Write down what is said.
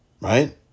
right